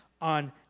on